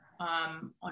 On